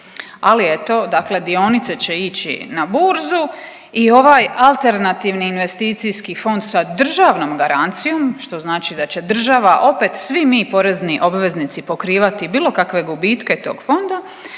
Ali eto, dakle dionice će ići u burzu i ovaj alternativni investicijski fond sa državnom garancijom, što znači da će država, opet svi mi, porezni obveznici pokrivati bilo kakve gubitke tog fonda,